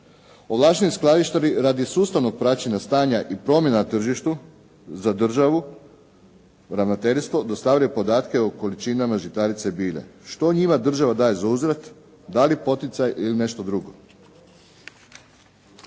Ovlašteni skladištari radi sustavnog praćenja stanja i promjena na tržištu za državu, ravnateljstvo dostavlja podatke o količinama žitarica i bilja. Što njima država daje za uzvrat? Da li poticaj ili nešto drugo?